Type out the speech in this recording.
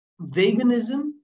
veganism